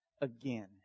again